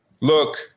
look